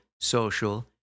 social